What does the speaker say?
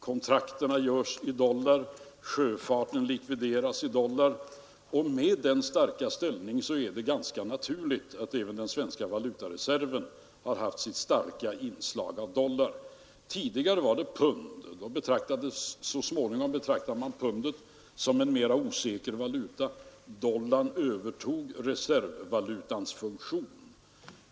Kontrakten görs i dollar, sjöfarten likvideras i dollar osv., och med denna starka ställning är det ganska naturligt att även den svenska valutareserven har haft sitt stora inslag av dollar. Tidigare hade pundet samma ställning, men så småningom betraktades pundet som en mera osäker valuta. Dollarn övertog reservvalutans funktion.